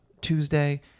tuesday